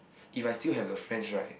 if I still have the friends right